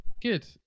good